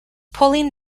polling